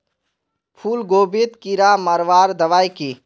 फूलगोभीत कीड़ा मारवार दबाई की?